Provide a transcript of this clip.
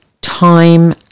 time